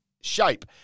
shape